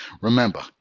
Remember